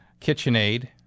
KitchenAid